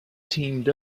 teamed